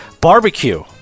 Barbecue